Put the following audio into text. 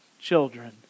children